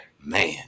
man